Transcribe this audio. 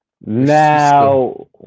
Now